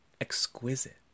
exquisite